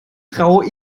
traue